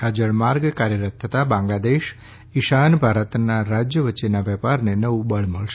આ જળમાર્ગ કાર્યરત થતાં બાંગ્લાદેશ ઈશાન ભારતનાં રાજ્યો વચ્ચેનાં વેપારને નવું બળ મળશે